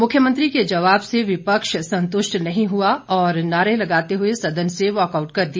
मुख्यमंत्री के जवाब से विपक्ष संतुष्ट नहीं हुआ और नारे लगाते हुए सदन से वॉकआउट कर दिया